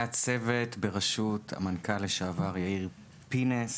היה צוות בראשות המנכ"ל לשעבר יאיר פינס